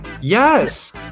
Yes